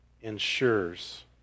ensures